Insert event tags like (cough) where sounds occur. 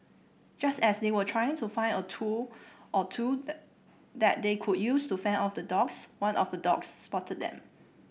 just as they were trying to find a tool or two (unintelligible) that they could use to fend off the dogs one of the dogs spotted them